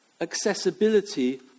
accessibility